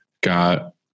got